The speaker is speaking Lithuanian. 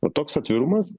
o toks atvirumas